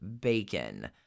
Bacon